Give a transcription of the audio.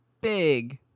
big